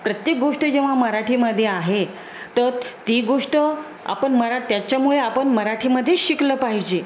प्रत्येक गोष्ट जेव्हा मराठीमध्ये आहे तर ती गोष्ट आपण मराठी त्याच्यामुळे आपण मराठीमध्येच शिकलं पाहिजे